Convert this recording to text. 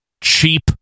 Cheap